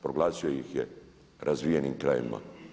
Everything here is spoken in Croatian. Proglasio ih je razvijenim krajevima.